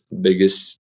Biggest